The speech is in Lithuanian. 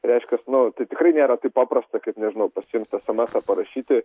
reiškia nu tai tikrai nėra taip paprasta kaip nežinau pasiimt esemesą parašyti